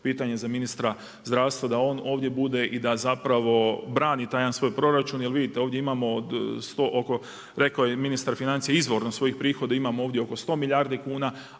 pitanje za ministra zdravstva da on ovdje bude i da zapravo brani taj jedan svoj proračun. Jer vidite ovdje imamo 100, oko, rekao je ministar financija, izvorno svojih prihoda imamo ovdje oko 100 milijardi kuna